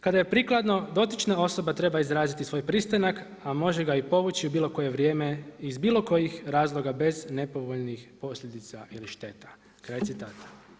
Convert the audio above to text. Kada je prikladno dotična osoba treba izraziti svoj pristanak, a može ga i povući u bilo koje vrijeme i iz bilo kojih razloga bez nepovoljnih posljedica ili šteta.“ Kraj citata.